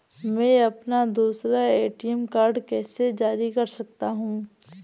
मैं अपना दूसरा ए.टी.एम कार्ड कैसे जारी कर सकता हूँ?